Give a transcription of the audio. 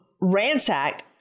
ransacked